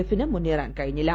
എഫിന് മുന്നേറാൻ കഴിഞ്ഞില്ല